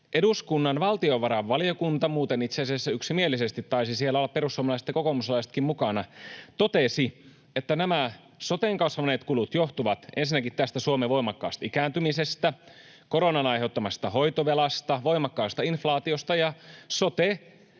Eduskunnan valtiovarainvaliokunta — muuten itse asiassa yksimielisesti, taisivat siellä olla perussuomalaiset ja kokoomuslaisetkin mukana — totesi, että nämä soten kasvaneet kulut johtuvat ensinnäkin Suomen voimakkaasta ikääntymisestä, koronan aiheuttamasta hoitovelasta, voimakkaasta inflaatiosta ja sote-ihmisten,